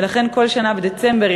ולכן כל שנה בדצמבר,